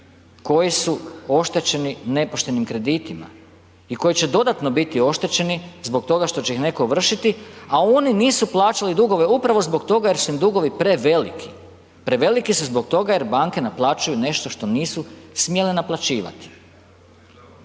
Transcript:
koji su oštećeni nepoštenim kreditima i koji će dodatno biti oštećeni zbog toga što će ih netko vršiti a oni nisu plaćali dugove upravo zbog toga jer su im dugovi preveliki, preveliki su zbog toga jer banke naplaćuju nešto što nisu smjele naplaćivati.